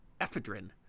ephedrine